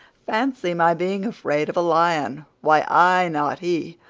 fancy my being afraid of a lion! why, i, not he,